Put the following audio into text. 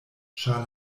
ĉar